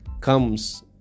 comes